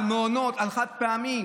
על מעונות, על חד-פעמי,